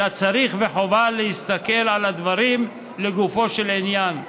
אלא צריך וחובה להסתכל על הדברים לגופו של עניין.